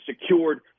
secured